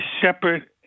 separate